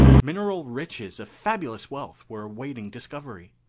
mineral riches of fabulous wealth were awaiting discovery.